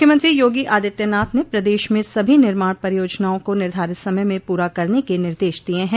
मुख्यमंत्री योगी आदित्यनाथ ने प्रदेश में सभी निर्माण परियोजनाओं को निर्धारित समय में पूरा करने के निर्देश दिये हैं